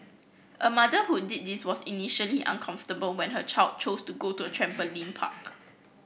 a mother who did this was initially uncomfortable when her child chose to go to a trampoline park